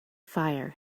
fire